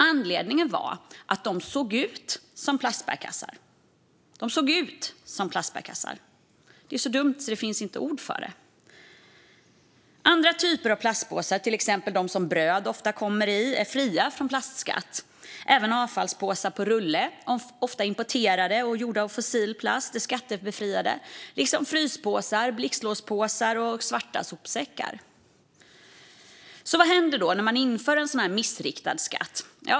Anledningen var att de såg ut som plastbärkassar. Det är ju så dumt att det inte finns ord för det. Andra typer av plastpåsar, till exempel de som bröd ofta kommer i, är fria från plastskatt. Även avfallspåsar på rulle, ofta importerade och gjorda av fossil plast, är skattebefriade, liksom fryspåsar, blixtlåspåsar och svarta sopsäckar. Vad händer då när man inför en sådan här missriktad skatt?